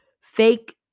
fake